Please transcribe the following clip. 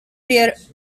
bir